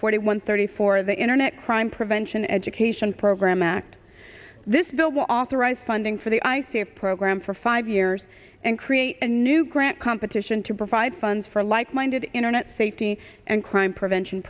forty one thirty four the internet crime prevention education program act this bill will authorize funding for the i see a program for five years and create a new grant competition to provide funds for like minded internet safety and crime prevention